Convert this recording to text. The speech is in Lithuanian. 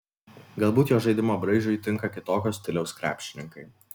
galbūt jo žaidimo braižui tinka kitokio stiliaus krepšininkai